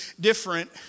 different